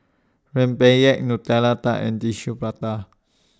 Rempeyek Nutella Tart and Tissue Prata